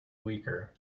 weaker